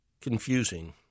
confusing